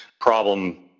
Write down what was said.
problem